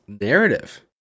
narrative